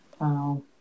Wow